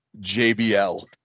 JBL